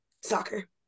soccer